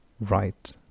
right